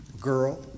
girl